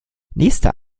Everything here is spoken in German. nächster